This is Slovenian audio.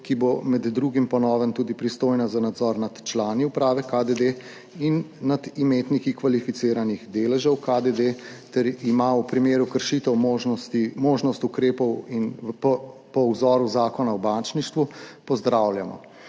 ki bo med drugim po novem tudi pristojna za nadzor nad člani uprave KDD in nad imetniki kvalificiranih deležev KDD ter ima v primeru kršitev možnost ukrepov po vzoru Zakona o bančništvu, pozdravljamo.